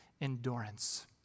endurance